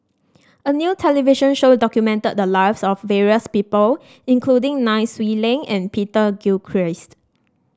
a new television show documented the lives of various people including Nai Swee Leng and Peter Gilchrist